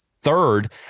third